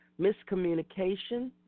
miscommunication